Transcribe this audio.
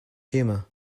humour